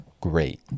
Great